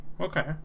okay